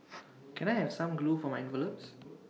can I have some glue for my envelopes